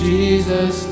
Jesus